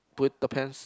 put depends